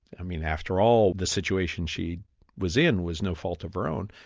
i mean after all the situation she was in was no fault of her own,